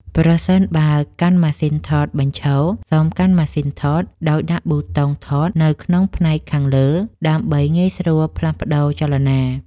ប្រសិនបើកាន់ម៉ាស៊ីនថតបញ្ឈរ សូមកាន់ម៉ាស៊ីនថតដោយដាក់ប៊ូតុងថតនៅផ្នែកខាងលើ ដើម្បីងាយស្រួលផ្លាស់ប្តូរចលនា។